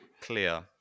clear